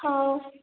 ꯍꯥꯎ